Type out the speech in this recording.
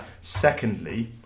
Secondly